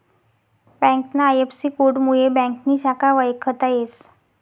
ब्यांकना आय.एफ.सी.कोडमुये ब्यांकनी शाखा वयखता येस